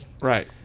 Right